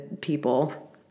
people